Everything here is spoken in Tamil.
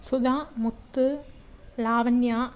சுதா முத்து லாவண்யா